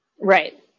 Right